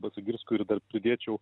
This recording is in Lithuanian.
besagirskui ir dar pridėčiau